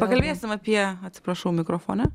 pakalbėsim apie atsiprašau mikrofone